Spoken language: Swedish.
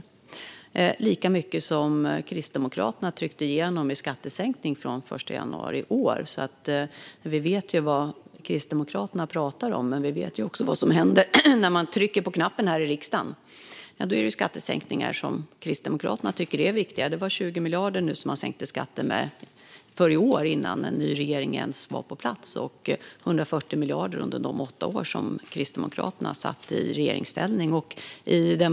Det är lika mycket som Kristdemokraterna tryckte igenom i skattesänkning från den 1 januari i år. Vi vet vad Kristdemokraterna talar om, men vi vet också vad som händer när ni trycker på knappen i riksdagen. Då är det skattesänkningar som Kristdemokraterna tycker är viktigt. Inför i år sänkte ni skatten med 20 miljarder innan en ny regering ens var på plats, och under de åtta år som Kristdemokraterna satt i regeringsställning sänkte ni skatten med 140 miljarder.